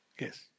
Yes